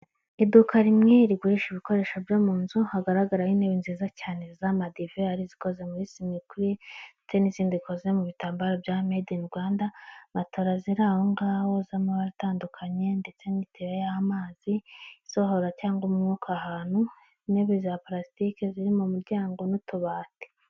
Iduka rimwe rigurisha ibikoresho byo mu nzu, hagaragaraho intebe nziza cyane z'amadive, yari zikoze muri simirikwire, ndetse n'izindi ikoze mu bitambaro bya medi ini Rwanda, matora zirangaho z'amabara atandukanye, ndetse n'itiyo y'amazi isohorora cyangwa umwuka ahantu, intebe za parasitike ziri mu muryango n'utubati.